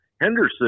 Henderson